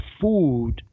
food